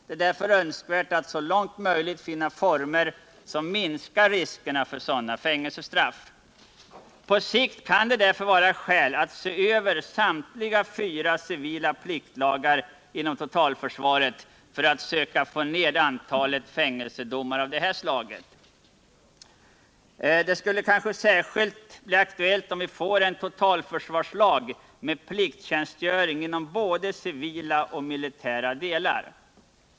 Det är därför önskvärt att så långt som möjligt finna former som minskar riskerna för sådana fängelsestraff. På sikt kan det därför vara skäl att se över samtliga fyra civila pliktlagar inom totalförsvaret för att söka få ned antalet fängelsedomar av det här slaget. Särskilt skulle det kanske bli aktuellt, om vi fick en totalförsvarslag för plikttjänstgöring inom både civila och militära delar.